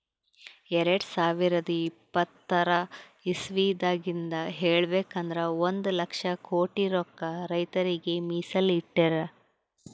ಎರಡ ಸಾವಿರದ್ ಇಪ್ಪತರ್ ಇಸವಿದಾಗಿಂದ್ ಹೇಳ್ಬೇಕ್ ಅಂದ್ರ ಒಂದ್ ಲಕ್ಷ ಕೋಟಿ ರೊಕ್ಕಾ ರೈತರಿಗ್ ಮೀಸಲ್ ಇಟ್ಟಿರ್